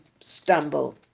stumble